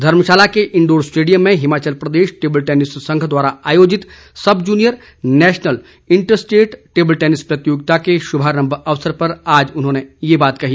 धर्मशाला के indoor stadium में Himachal Pradesh table tennis संघ द्वारा आयोजित सब जूनियर नेशनल व इंटर स्टेट टेबल टेनिस प्रतियोगिता के शुभारंभ अवसर पर आज उन्होंने ये बात कही